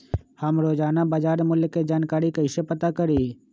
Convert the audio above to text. हम रोजाना बाजार मूल्य के जानकारी कईसे पता करी?